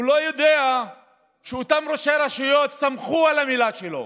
הוא לא יודע שאותם ראשי רשויות סמכו על המילה שלו,